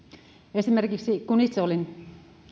esimerkiksi kun itse olin